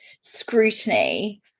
scrutiny